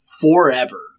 forever